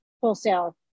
wholesale